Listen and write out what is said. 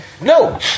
No